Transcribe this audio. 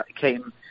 came